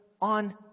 on